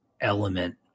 element